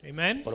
Amen